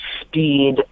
speed